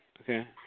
Okay